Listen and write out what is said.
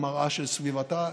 היא מראה של סביבתה.